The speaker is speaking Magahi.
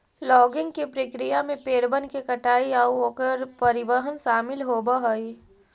लॉगिंग के प्रक्रिया में पेड़बन के कटाई आउ ओकर परिवहन शामिल होब हई